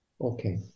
Okay